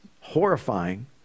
horrifying